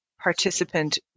participant